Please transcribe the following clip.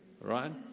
Right